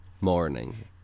morning